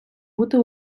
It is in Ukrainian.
бути